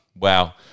Wow